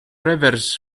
rivers